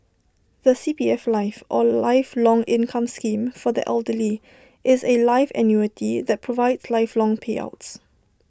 the C P F life or lifelong income scheme for the elderly is A life annuity that provides lifelong payouts